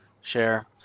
share